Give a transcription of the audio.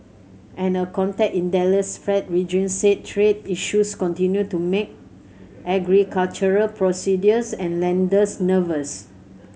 and a contact in the Dallas Fed region said trade issues continue to make agricultural producers and lenders nervous